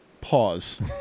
Pause